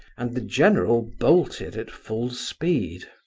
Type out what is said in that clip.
and the general bolted at full speed.